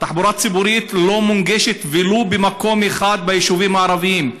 התחבורה הציבורית לא מונגשת ולו במקום אחד ביישובים הערביים.